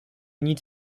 nic